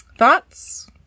thoughts